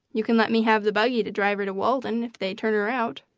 you can let me have the buggy to drive her to walden, if they turn her out.